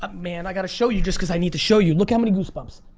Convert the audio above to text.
ah man, i gotta show you just cause i need to show you. look how many goosebumps.